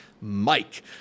mike